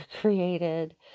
created